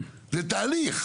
זה תהליך.